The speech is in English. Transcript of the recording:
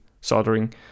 soldering